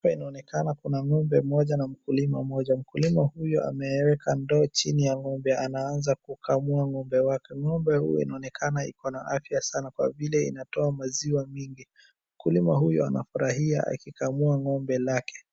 Hapa inaonekana kuna ng'ombe mmoja na mkulima mmoja. Mkulima huyo ameeka ndoo chini ya ng'ombe, anaanza kukamua ng'ombe wake. Ng'ombe huyu anaonekana iko na afya sana kwa vile inatoa maziwa mingi. Mkulima huyu anafurahia akikamua ng'ombe lake.